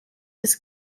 das